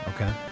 okay